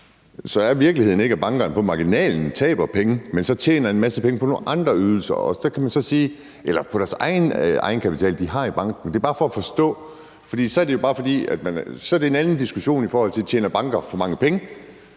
Så er virkeligheden ikke, at bankerne taber en masse penge på marginalen, men at de så tjener en masse penge på nogle andre ydelser eller på den egenkapital, de har i banken? Det er bare for at forstå det. For så er det en anden diskussion, i forhold til om bankerne tjener for mange penge,